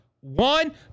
one